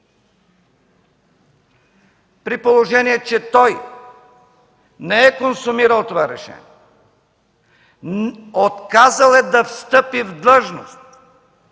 при положение че той не е консумирал това решение? Отказал е да встъпи в длъжност,